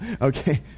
Okay